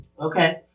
Okay